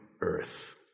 earth